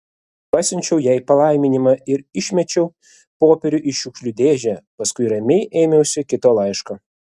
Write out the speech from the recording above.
pasiunčiau jai palaiminimą ir išmečiau popierių į šiukšlių dėžę paskui ramiai ėmiausi kito laiško